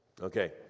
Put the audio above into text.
Okay